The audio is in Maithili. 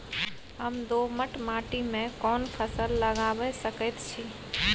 हम दोमट माटी में कोन फसल लगाबै सकेत छी?